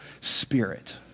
spirit